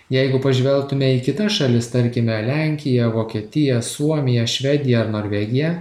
jeigu pažvelgtume į kitas šalis tarkime lenkiją vokietiją suomiją švediją ar norvegiją